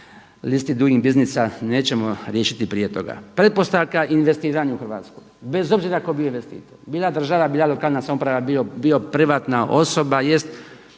listi Doing Businessa, nećemo riješiti prije toga. Pretpostavka investiranja u Hrvatskoj, bez obzira tko bio investitor, bila država, bila lokalna samouprava, bilo privatna osoba